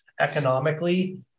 economically